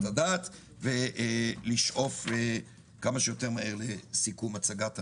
הדעת ולשאוף כמה שיותר מהר לסיכום הצגת הנושא.